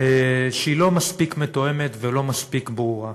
שהיא לא מספיק מתואמת ולא מספיק ברורה.